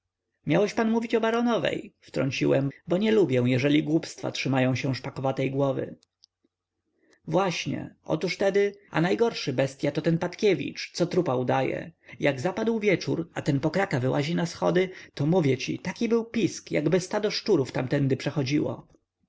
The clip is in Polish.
miałeś pan mówić o baronowej wtrąciłem bo nie lubię jeżeli głupstwa trzymają się szpakowatej głowy właśnie otóż tedy a najgorszy bestya to ten patkiewicz co trupa udaje jak zapadł wieczór a ten pokraka wylazł na schody to mówię ci taki był pisk jakby stado szczurów tamtędy przechodziło